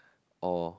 or